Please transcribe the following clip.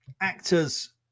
actors